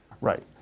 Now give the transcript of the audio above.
Right